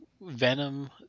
Venom